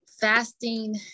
fasting